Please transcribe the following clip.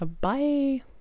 Bye